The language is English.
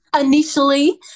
Initially